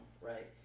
right